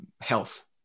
health